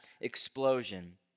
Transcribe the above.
explosion